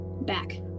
back